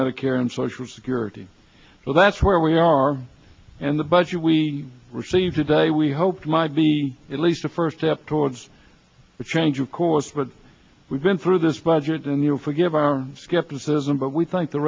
medicare and social security so that's where we are in the budget we received today we hoped might be at least the first step towards a change of course but we've been through this budget and you'll forgive our skepticism but we think the